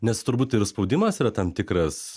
nes turbūt ir spaudimas yra tam tikras